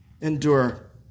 endure